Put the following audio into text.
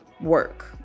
work